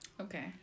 Okay